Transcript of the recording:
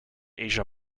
asia